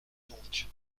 donc